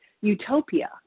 utopia